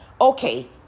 okay